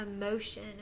emotion